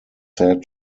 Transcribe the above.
said